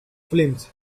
flames